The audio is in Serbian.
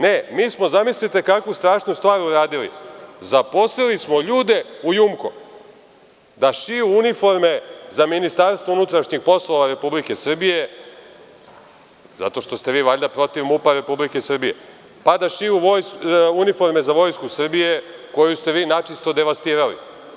Ne, mi smo, zamislite kakvu strašnu stvar uradili, zaposlili smo ljude u „JUMKO“, da šiju uniforme za Ministarstvo unutrašnjih poslova Republike Srbije, zato što ste vi, valjda protiv MUP Republike Srbije, pa, da šiju uniforme za vojsku Republike Srbije koju ste vi načisto devastirali.